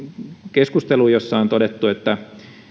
keskusteluun jossa on todettu että